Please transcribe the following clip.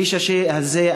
הכביש הזה,